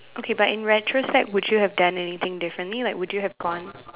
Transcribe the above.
okay but in retrospect would you have done anything differently like would you have gone